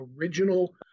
original